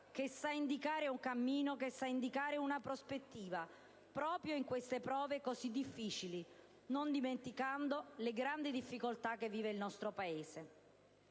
che sa indicare un cammino, una prospettiva, proprio in queste prove così difficili, non dimenticando le grandi difficoltà che vive il nostro Paese.